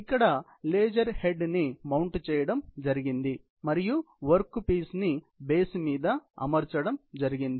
ఇక్కడ laser head ని mount చేయడం జరిగింది మరియు వర్క్ పీస్ ని బేస్ మీద అమర్చడం జరిగింది